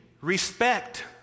respect